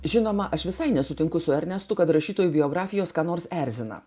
žinoma aš visai nesutinku su ernestu kad rašytojų biografijos ką nors erzina